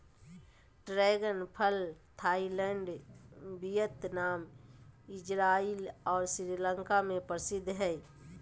dragon फल Thailand Vietnam, Israel और श्रीलंका में प्रसिद्ध हइ